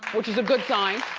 which is a good sign.